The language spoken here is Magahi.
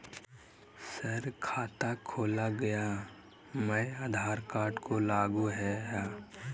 सर खाता खोला गया मैं आधार कार्ड को लागू है हां?